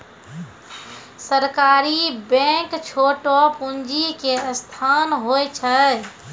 सहकारी बैंक छोटो पूंजी के संस्थान होय छै